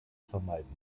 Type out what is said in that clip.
vermeiden